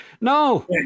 no